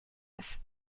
neuf